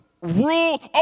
rule